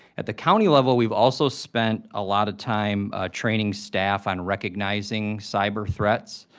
at the county level we've also spent a lot of time training staff on recognizing cyberthreats.